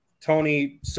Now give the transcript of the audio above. Tony